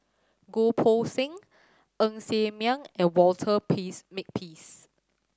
Goh Poh Seng Ng Ser Miang and Walter Peace Makepeace